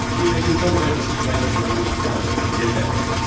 in in some versions, he raises and lowers the piano lid. yes.